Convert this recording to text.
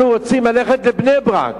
אנחנו רוצים ללכת לבני-ברק.